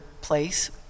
place